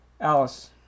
Alice